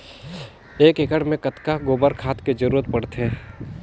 एक एकड़ मे कतका गोबर खाद के जरूरत पड़थे?